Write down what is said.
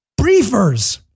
briefers